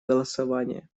голосование